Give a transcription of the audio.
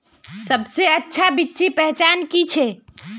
सबसे अच्छा बिच्ची पहचान की छे?